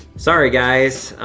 sorry, guys,